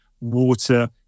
water